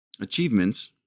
achievements